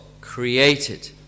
created